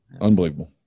unbelievable